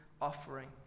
offering